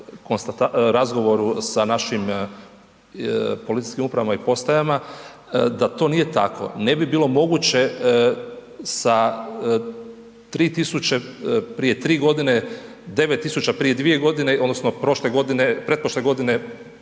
razgovoru sa našim policijskim upravama i postajama, da to nije tako ne bi bilo moguće sa 3.000 prije 3 godine, 9.000 prije 2 godine odnosno prošle godine,